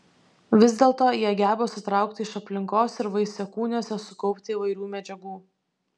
vis dėlto jie geba sutraukti iš aplinkos ir vaisiakūniuose sukaupti įvairių medžiagų